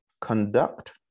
conduct